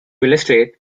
illustrate